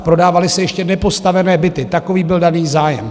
Prodávaly se ještě nepostavené byty takový byl daný zájem.